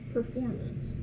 Performance